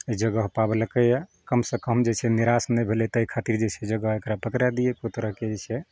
ई जगह पाओलकैए कम से कम जे छै निराश नहि भेलै तहि खातिर जे छै से जगह एकरा पकड़ा दियै कोनो तरहके जे छै